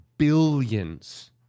Billions